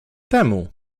temu